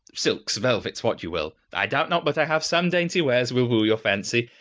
silks, velvets, what you will, i doubt not but i have some dainty wares will woo your fancy.